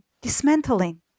dismantling